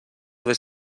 des